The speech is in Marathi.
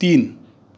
तीन